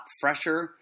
fresher